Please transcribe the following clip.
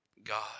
God